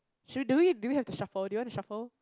should do we do we have to shuffle do you want to shuffle